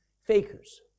fakers